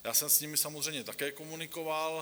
Já jsem s nimi samozřejmě také komunikoval.